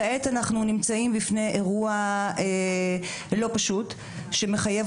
כעת אנחנו נמצאים בפני אירוע לא פשוט שמחייב